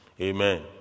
Amen